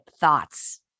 thoughts